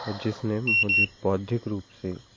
और जिसने मुझे बौद्धिक रूप से